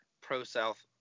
Pro-South